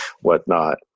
whatnot